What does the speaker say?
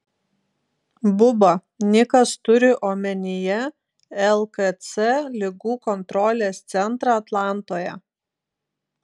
buba nikas turi omenyje lkc ligų kontrolės centrą atlantoje